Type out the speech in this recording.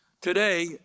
today